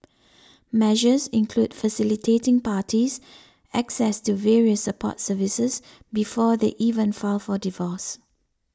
measures include facilitating parties access to various support services before they even file for divorce